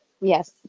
Yes